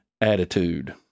attitude